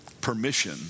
permission